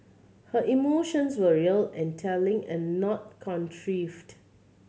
her emotions were real and telling and not contrived